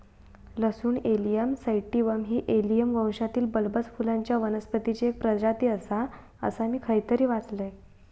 लसूण allium sativum ही allium वंशातील बल्बस फुलांच्या वनस्पतीची एक प्रजाती आसा, असा मी खयतरी वाचलंय